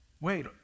wait